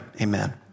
Amen